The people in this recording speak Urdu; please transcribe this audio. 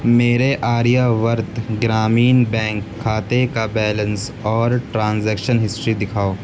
میرے آریہ ورت گرامین بینک کھاتے کا بیلنس اور ٹرانزیکشن ہسٹری دکھاؤ